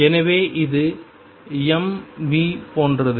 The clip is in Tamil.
எனவே இது m v போன்றது